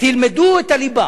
תלמדו את הליבה,